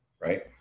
right